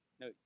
No